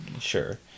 Sure